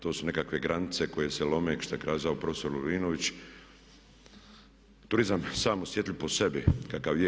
To su nekakve granice koje se lome što je kazao prof. Lovrinović turizam sam osjetljiv po sebi kakav je.